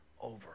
over